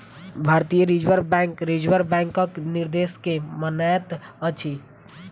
भारतीय bank reserve बैंकक निर्देश के मानैत अछि